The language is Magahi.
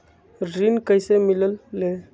ऋण कईसे मिलल ले?